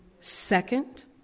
Second